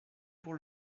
pour